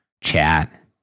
chat